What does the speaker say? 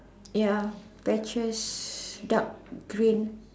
ya patches dark green